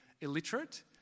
illiterate